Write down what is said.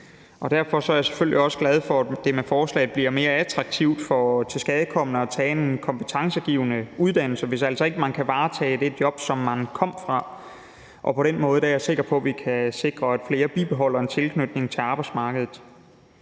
Derfor er jeg selvfølgelig også glad for, at det med forslaget bliver mere attraktivt for tilskadekomne at tage en kompetencegivende uddannelse, hvis man altså ikke kan varetage det job, som man kom fra. På den måde er jeg sikker på, at vi kan sikre, at flere bibeholder en tilknytning til arbejdsmarkedet.